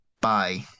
Bye